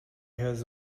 has